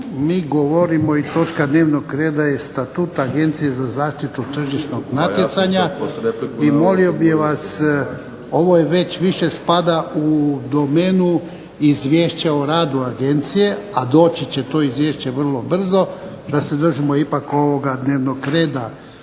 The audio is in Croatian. mi govorimo i točka dnevnog reda je statut Agencije za zaštitu tržišnog natjecanja, i molio bih vas, ovo je već više spada u domenu izvješća o radu agencije, a doći će to izvješće vrlo brzo, da se držimo ipak ovoga dnevnog reda.